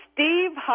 Steve